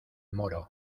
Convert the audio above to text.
moro